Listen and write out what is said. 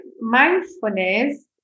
mindfulness